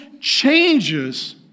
changes